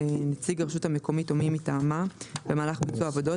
נציג הרשות המקומית או מי מטעמה במהלך ביצוע העבודות